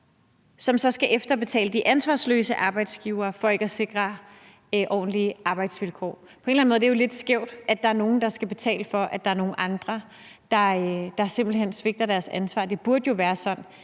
som så skal efterbetale de ansvarsløse arbejdsgivere for ikke at sikre ordentlige arbejdsvilkår. På en eller anden måde er det jo lidt skævt, at der er nogle, der skal betale for, at der er nogle andre, der simpelt hen svigter deres ansvar. Det burde jo være sådan,